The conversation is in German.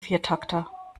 viertakter